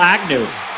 Agnew